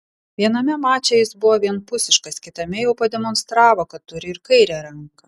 viename mače jis buvo vienpusiškas kitame jau pademonstravo kad turi ir kairę ranką